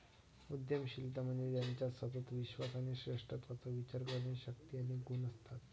उद्यमशीलता म्हणजे ज्याच्यात सतत विश्वास आणि श्रेष्ठत्वाचा विचार करण्याची शक्ती आणि गुण असतात